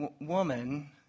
woman